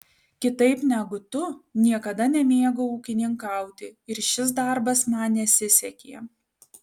kitaip negu tu niekada nemėgau ūkininkauti ir šis darbas man nesisekė